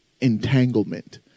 entanglement